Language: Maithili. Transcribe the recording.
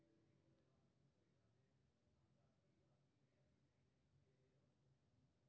प्रमाणित चेक नकद जकां बढ़िया होइ छै आ एकरा डाक द्वारा भेजल जा सकै छै